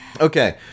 Okay